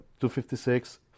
256